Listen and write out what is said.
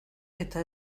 eta